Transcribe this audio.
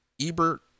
Ebert